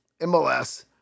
MLS